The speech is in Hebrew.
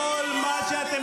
ממשלה כושלת.